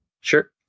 Sure